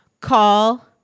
Call